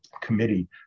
committee